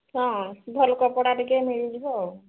ହଁ ଭଲ କପଡ଼ା ଟିକେ ମିଳିଯିବ